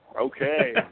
Okay